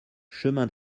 chemin